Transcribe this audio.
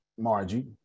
Margie